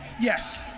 Yes